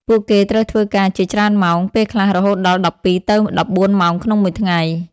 ពួកគេត្រូវធ្វើការជាច្រើនម៉ោង ពេលខ្លះរហូតដល់ ១២ ទៅ ១៤ ម៉ោងក្នុងមួយថ្ងៃ។